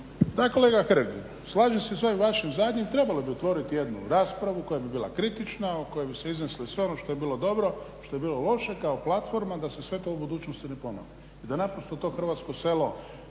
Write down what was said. Da kolega Hrg, slažem se sa ovim vašim zadnjim. Trebalo bi otvoriti jednu raspravu koja bi bila kritična, u kojoj bi se izneslo sve ono što je bilo dobro, što je bilo loše kao platforma da se sve to u budućnosti ne ponovi i da naprosto to hrvatsko selo